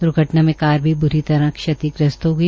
द्र्घटना में कार भी बुरी तरह से क्षतिग्रस्त् हो गई